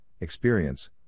experience